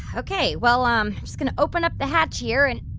ok. well, i'm just going to open up the hatch here and.